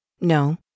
No